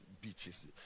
beaches